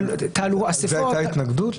הייתה לזה התנגדות?